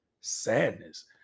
sadness